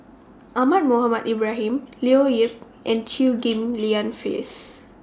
Ahmad Mohamed Ibrahim Leo Yip and Chew Ghim Lian Phyllis